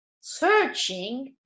searching